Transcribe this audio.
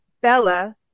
Bella